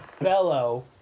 bellow